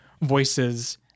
voices